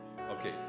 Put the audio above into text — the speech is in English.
okay